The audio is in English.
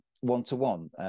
one-to-one